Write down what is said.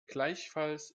gleichfalls